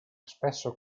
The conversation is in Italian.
spesso